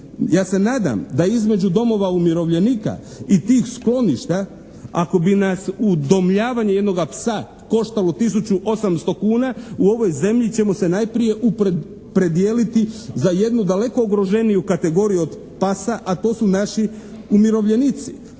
Ja se nadam da između domova umirovljenika i tih skloništa ako bi nas udomljavanje jednoga psa koštalo 1800 kuna u ovoj zemlji ćemo se najprije opredijeliti za jednu daleko ugroženiju kategoriju od pasa, a to su naši umirovljenici.